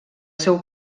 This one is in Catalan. seu